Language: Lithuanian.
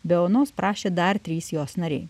be onos prašė dar trys jos nariai